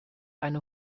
eine